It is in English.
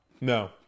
No